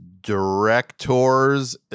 directors